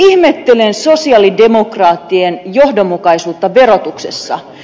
ihmettelen sosialidemokraattien johdonmukaisuutta verotuksessa